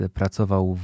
pracował